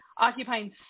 occupying